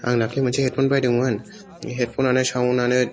आं दाख्लि मोनसे हेडफन बायदोंमोन बे हेडफननानो साउन्ड आनो